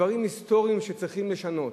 דברים היסטוריים שצריכים לשנות,